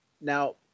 Now